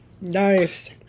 Nice